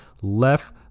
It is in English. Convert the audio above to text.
left